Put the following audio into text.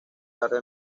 tarde